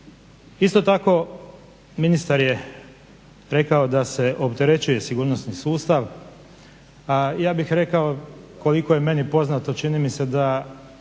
Isto tako ministar je rekao da se opterećuje sigurnosni sustav, a ja bih rekao koliko je meni poznato, čini mi se da